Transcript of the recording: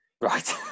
Right